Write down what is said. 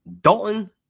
Dalton